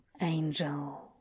Angel